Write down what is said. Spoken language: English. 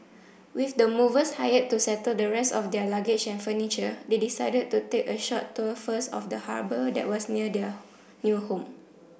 with the movers hired to settle the rest of their luggage and furniture they decided to take a short tour first of the harbour that was near their new home